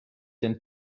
den